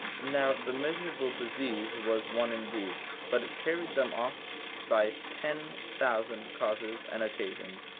now the miserable disease was one indeed, but it carried them off by ten thousand causes and occasions,